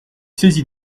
saisie